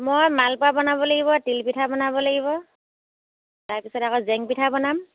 মই মালপোৱা বনাব লাগিব তিল পিঠা বনাব লাগিব তাৰপিছতে আকৌ জেং পিঠা বনাম